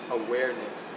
awareness